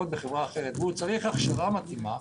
בחברה אחרת והוא צריך הכשרה מתאימה,